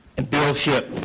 and bill shipp